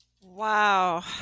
Wow